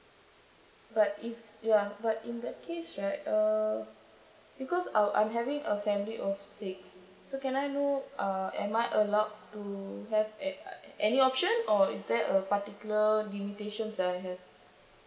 but it's ya but in that case right uh because uh I'm having a family of six so can I know uh am I allowed to have any option or is there a particular mutations that I have